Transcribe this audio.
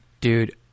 dude